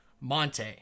Monte